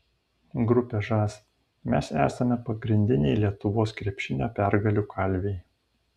grupė žas mes esame pagrindiniai lietuvos krepšinio pergalių kalviai